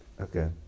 Okay